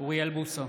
אוריאל בוסו,